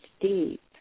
deep